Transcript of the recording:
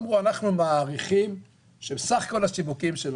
אמרו: אנחנו מעריכים שסך כל השיווקים של